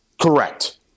Correct